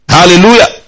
Hallelujah